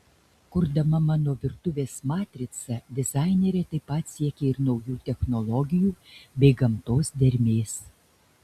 kurdama mano virtuvės matricą dizainerė taip pat siekė ir naujų technologijų bei gamtos dermės